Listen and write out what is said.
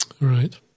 Right